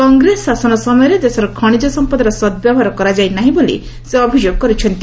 କଂଗ୍ରେସ ଶାସନ ସମୟରେ ଦେଶର ଖଣିଜ ସମ୍ପଦର ସଦ୍ବ୍ୟବହାର କରାଯାଇନାହିଁ ବୋଲି ସେ ଅଭିଯୋଗ କରିଛନ୍ତି